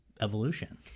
evolution